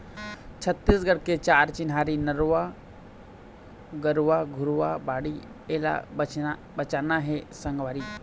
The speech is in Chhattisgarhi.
छत्तीसगढ़ के चार चिन्हारी नरूवा, गरूवा, घुरूवा, बाड़ी एला बचाना हे संगवारी